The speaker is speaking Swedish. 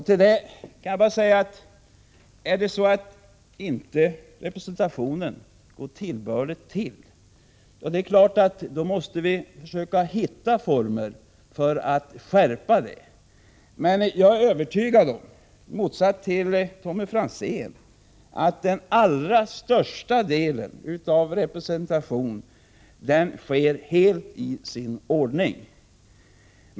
Till detta kan jag bara säga, att om representationen inte går rätt till, måste vi försöka hitta former för att rätta till förhållandet. Men i motsats till Tommy Franzén är jag övertygad om att den allra största delen av representationen är helt i sin ordning.